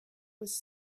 was